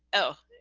oh,